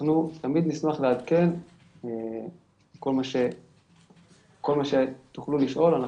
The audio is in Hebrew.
אנחנו תמיד נשמח לעדכן בכל מה שתוכלו לשאול.